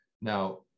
Now